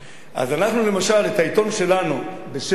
אז אנחנו, למשל, את העיתון שלנו, "בשבע",